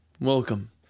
Welcome